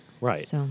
right